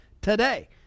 today